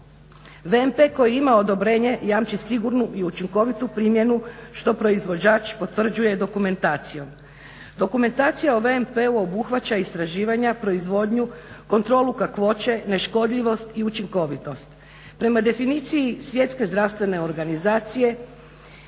VMP koji ima odobrenje jamči sigurnu i učinkovitu primjenu što proizvođač potvrđuje dokumentacijom. Dokumentacija o VMP-u obuhvaća istraživanja, proizvodnju, kontrolu kakvoće, neškodljivost i učinkovitost. Prema definiciji Svjetske zdravstvene organizacije